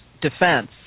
Defense